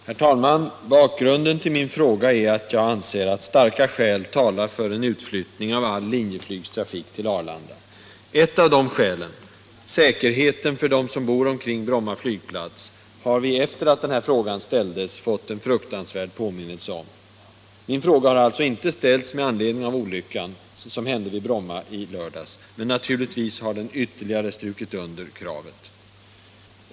Herr talman! Bakgrunden till min fråga är att jag anser att starka skäl talar för en utflyttning av all Linjeflygs trafik till Arlanda. Ett av de skälen, säkerheten för dem som bor omkring Bromma flygplats, har vi efter det att frågan ställdes fått en fruktansvärd påminnelse om. Min fråga har alltså inte ställts med anledning av den olycka som hände vid Bromma i lördags, men naturligtvis har olyckan ytterligare strukit under kravet.